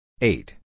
Eight